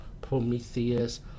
Prometheus